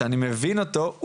שאני מבין אותו,